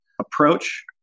approach